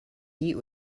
eat